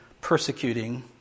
persecuting